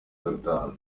gatanu